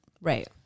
Right